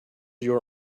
your